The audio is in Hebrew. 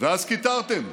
ואז קיטרתם: